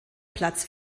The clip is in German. platz